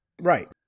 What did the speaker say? Right